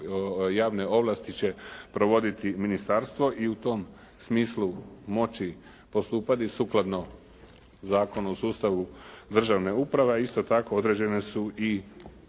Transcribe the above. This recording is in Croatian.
javne ovlasti će provoditi ministarstvo i u tom smislu moći postupati sukladno Zakonu o sustavu državne uprave a isto tako određene su i